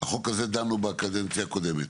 בחוק הזה דנו בקדנציה הקודמת